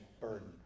burden